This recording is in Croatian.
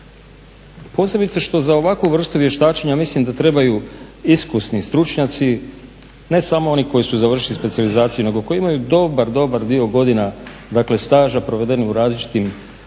Posebice što za ovakvu vrstu vještačenja mislim da trebaju iskusni stručnjaci, ne samo oni koji su završili specijalizaciju nego koji imaju dobar, dobar dio godina dakle staža provedenog u različitim